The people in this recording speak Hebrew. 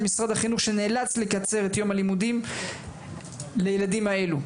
משרד החינוך שנאלץ לקצר את יום הלימודים לילדים האלו.